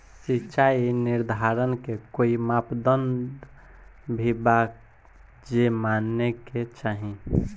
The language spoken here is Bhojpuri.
सिचाई निर्धारण के कोई मापदंड भी बा जे माने के चाही?